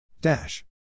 Dash